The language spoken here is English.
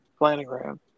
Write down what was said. planogram